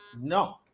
No